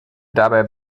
dabei